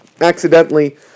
accidentally